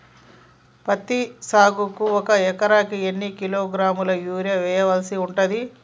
పత్తి సాగుకు ఒక ఎకరానికి ఎన్ని కిలోగ్రాముల యూరియా వెయ్యాల్సి ఉంటది?